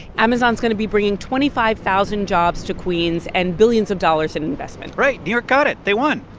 amazon's going to be bringing twenty five thousand jobs to queens and billions of dollars in investment right. new york got it. they won.